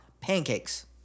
Pancakes